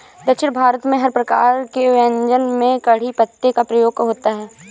दक्षिण भारत में हर प्रकार के व्यंजन में कढ़ी पत्ते का प्रयोग होता है